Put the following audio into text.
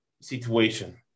situation